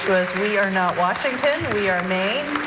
was we are not washington, we are maine,